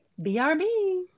BRB